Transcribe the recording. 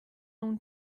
own